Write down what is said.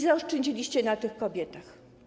Zaoszczędziliście na tych kobietach.